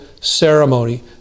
ceremony